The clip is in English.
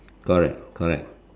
correct correct